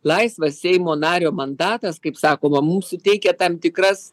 laisvas seimo nario mandatas kaip sakoma mums suteikia tam tikras